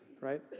right